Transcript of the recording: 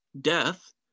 Death